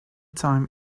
time